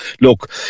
look